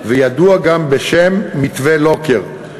וידוע גם בשם "מתווה לוקר".